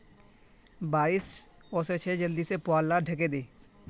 बारिश ओशो छे जल्दी से पुवाल लाक ढके दे